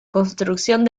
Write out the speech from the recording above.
construcción